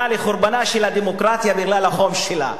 לחורבנה של הדמוקרטיה בגלל החום שלה.